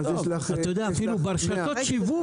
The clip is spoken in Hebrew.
יש 200 רשויות מקומיות.